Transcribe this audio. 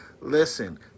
Listen